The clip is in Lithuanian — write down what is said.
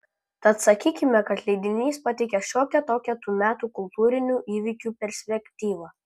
tad sakykime kad leidinys pateikė šiokią tokią tų metų kultūrinių įvykių perspektyvą